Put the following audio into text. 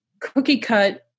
cookie-cut